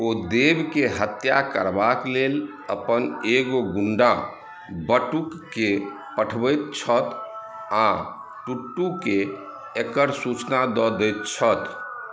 ओ देवके हत्या करबाक लेल अपन एगो गुण्डा बटुककेँ पठबैत छथि आओर टूटूकेँ एकर सूचना दऽ दैत छथि